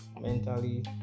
mentally